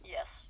Yes